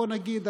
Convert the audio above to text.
בוא נגיד,